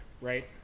Right